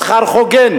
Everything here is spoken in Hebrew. שכר הוגן